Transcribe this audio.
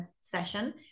session